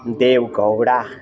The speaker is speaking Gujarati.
દેવ ગૌડા